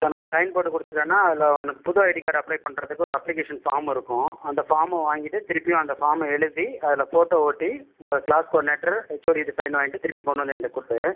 இப்போ நான் சைன் போட்டு கொடுத்துட்டேன்னா அதில் உனக்கு புது ஐடி கார்டு அப்ளை பண்ணுறதுக்கு ஒரு அப்ளிகேஷன் ஃபார்ம் இருக்கும் அந்த ஃபார்மை வாங்கிட்டு திருப்பியும் அந்த ஃபார்மை எழுதி அதில் ஃபோட்டோ ஒட்டி உங்கள் கிளாஸ் குவார்டினேட்டர் ஹெச்ஓடிட்டே சைன் வாங்கிட்டு திருப்பி கொண்டு வந்து என்ட்ட கொடுத்துடு